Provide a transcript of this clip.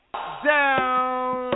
Down